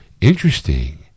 interesting